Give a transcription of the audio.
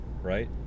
right